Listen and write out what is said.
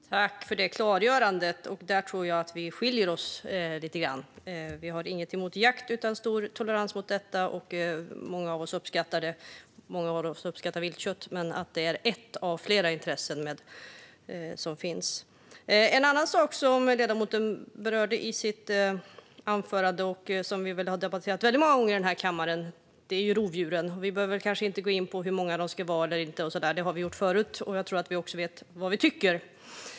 Herr talman! Tack, ledamoten, för det klargörandet! Där tror jag att våra åsikter skiljer sig åt lite grann. Miljöpartiet har inget emot jakt utan har stor tolerans mot detta. Många av oss uppskattar jakt och att äta viltkött, men vi anser att det finns flera intressen. En annan sak som ledamoten berörde i sitt anförande, och som vi väl har debatterat väldigt många gånger i den här kammaren, är ju rovdjuren. Vi behöver kanske inte gå in på hur många de ska vara och så vidare. Det har vi gjort förut, och jag tror att vi också vet vad vi tycker.